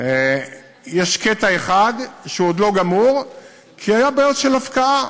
יש קטע אחד שהוא לא גמור כי היו בעיות של הפקעה,